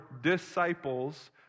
disciples